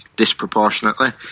disproportionately